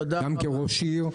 גם כראש עיר,